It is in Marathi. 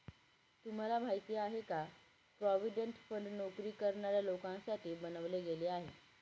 तुम्हाला माहिती आहे का? प्रॉव्हिडंट फंड नोकरी करणाऱ्या लोकांसाठी बनवले गेले आहे